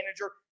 manager